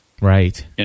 right